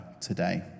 today